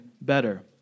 better